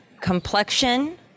Complexion